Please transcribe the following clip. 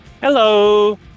Hello